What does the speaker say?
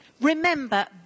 Remember